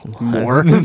more